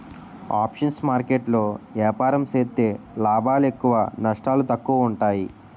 options market లో ఏపారం సేత్తే లాభాలు ఎక్కువ నష్టాలు తక్కువ ఉంటాయి